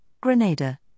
Grenada